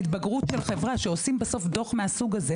כשעושים דוח מהסוג הזה